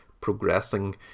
progressing